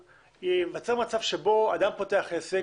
ייווצר מצב בו בן אדם פותח עסק,